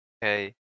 Hey